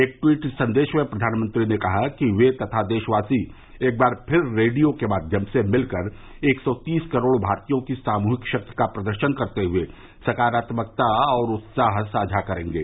एक ट्वीट संदेश में प्रधानमंत्री ने कहा कि वे तथा देशवासी एक बार फिर रेडियो के माध्यम से मिलकर एक सौ तीस करोड़ भारतीयों की सामूहिक शक्ति का प्रदर्शन करते हुए सकारात्मकता और उत्साह साझा करेंगे